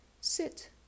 sit